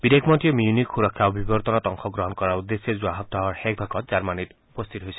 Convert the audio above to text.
বিদেশ মন্ত্ৰীয়ে মিউনিখ সুৰক্ষা অভিৱৰ্তনত অংশগ্ৰহণ কৰাৰ উদ্দেশ্যে যোৱা সপ্তাহৰ শেষভাগত জাৰ্মনীত উপস্থিত হৈছে